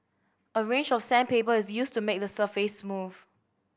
a range of sandpaper is used to make the surface smooth